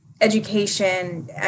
education